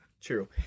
True